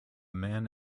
man